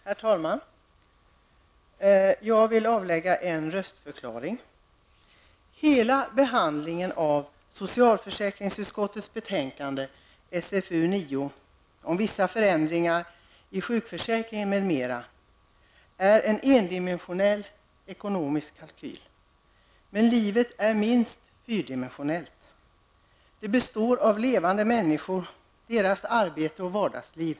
Herr talman! Jag vill av en röstförklaring. Men först vill jag säga följande. Hela behandlingen av socialförsäkringsutskottets betänkande 1990/91:SfU9 om vissa ändringar i sjukförsäkringen m.m. är en endimensionell ekonomisk kalkyl. Men livet är åtminstone fyrdimensionellt. Livet består av levande människor samt av deras arbete och vardagsliv.